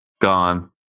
gone